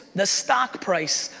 the stock price,